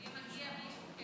לי מגיע בלי שום קשר.